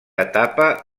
etapa